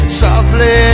softly